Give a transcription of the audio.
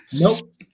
nope